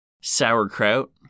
sauerkraut